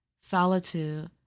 Solitude